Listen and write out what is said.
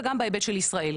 וגם בהיבט של ישראל.